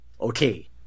Okay